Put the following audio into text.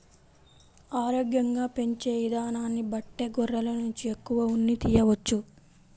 ఆరోగ్యంగా పెంచే ఇదానాన్ని బట్టే గొర్రెల నుంచి ఎక్కువ ఉన్నిని తియ్యవచ్చు